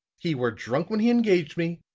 he were drunk when he engaged me,